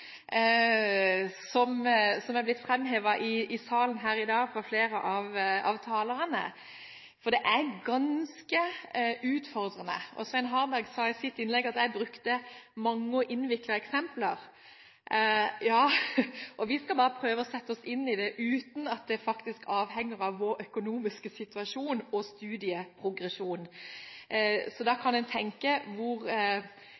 som er blitt framhevet i salen her i dag fra flere av talerne, for det er ganske utfordrende. Svein Harberg sa i sitt innlegg at jeg brukte «mange og innviklede eksempler». Ja, og vi skal bare prøve å sette oss inn i det, uten at vår økonomiske situasjon og studieprogresjon avhenger av det, så da